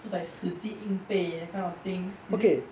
it's like 死记硬背 those kind of thing is it